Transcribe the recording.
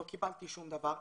לא קיבלתי שום דבר.